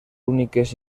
úniques